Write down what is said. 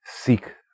Seek